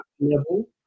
Level